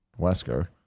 Wesker